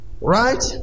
Right